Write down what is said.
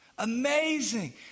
Amazing